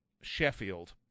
Sheffield